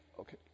okay